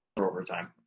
overtime